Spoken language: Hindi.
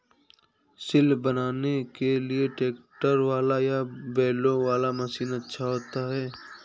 सिल बनाने के लिए ट्रैक्टर वाला या बैलों वाला मशीन अच्छा होता है?